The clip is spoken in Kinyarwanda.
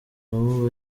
nabo